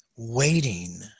waiting